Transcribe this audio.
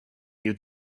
you